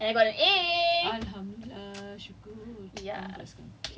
my G_L four K mod and I got a A